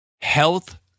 health